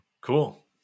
Cool